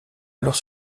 alors